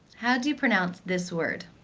how do you pronounce this word?